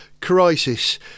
crisis